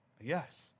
Yes